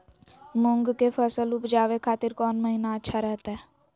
मूंग के फसल उवजावे खातिर कौन महीना अच्छा रहतय?